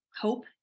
hope